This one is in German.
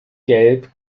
gelb